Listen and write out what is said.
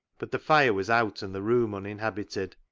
but the fire was out and the room uninhabited.